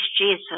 Jesus